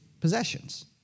possessions